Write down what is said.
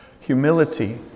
humility